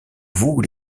vous